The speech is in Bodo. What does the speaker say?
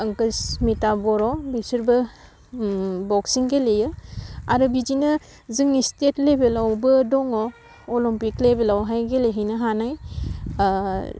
आंखुस्मिथा बर' बिसोरबो बक्सिं गेलेयो आरो बिदिनो जोंनि स्टेट लेबेलावबो दङ अलमफिक लेबेलावहाय गेलेहैनो हानाय आह